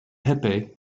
pepe